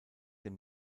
dem